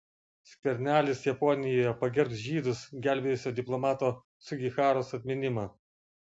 skvernelis japonijoje pagerbs žydus gelbėjusio diplomato sugiharos atminimą